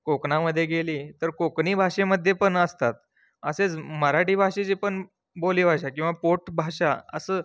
कोकणामध्ये गेली तर कोकणी भाषेमध्ये पण असतात असेच मराठी भाषेची पण बोलीभाषा किंवा पोट भाषा असं